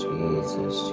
Jesus